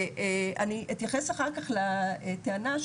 ואני אתייחס אחר כך לטענה,